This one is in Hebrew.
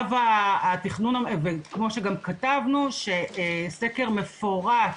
וכמו שגם כתבנו שסקר מפורט